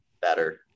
better